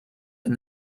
and